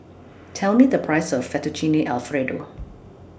Tell Me The Price of Fettuccine Alfredo